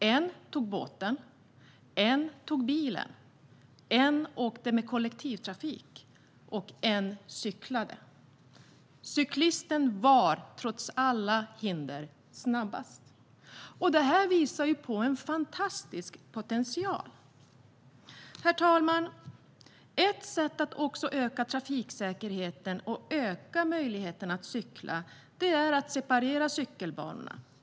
En tog båten, en tog bilen, en åkte med kollektivtrafik och en cyklade. Cyklisten var trots alla hinder snabbast. Det visar på en fantastisk potential. Herr talman! Ett sätt att öka trafiksäkerheten och öka möjligheten att cykla är att separera cykelbanor.